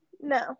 No